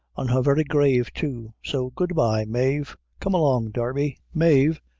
on her very grave too so good-by, mave! come along, darby. mave,